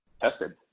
tested